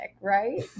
right